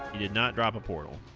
did not drop ah portal